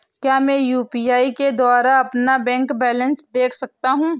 क्या मैं यू.पी.आई के द्वारा अपना बैंक बैलेंस देख सकता हूँ?